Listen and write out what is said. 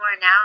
now